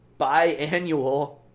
biannual